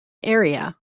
area